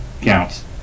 counts